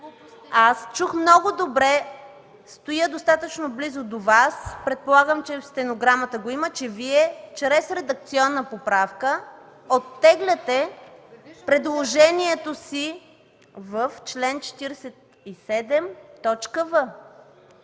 Много добре чух, стоя достатъчно близо до Вас, предполагам, че в стенограмата го има, че Вие чрез редакционна поправка оттегляте предложението си в чл. 47,